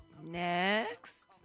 Next